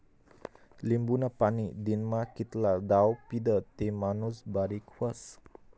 लिंबूनं पाणी दिनमा कितला दाव पीदं ते माणूस बारीक व्हस?